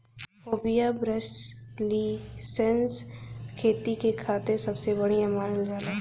Hevea brasiliensis खेती क खातिर सबसे बढ़िया मानल जाला